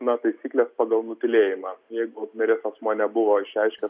na taisyklės pagal nutylėjimą jeigu miręs asmuo nebuvo išreiškęs